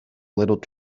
little